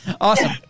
Awesome